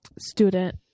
student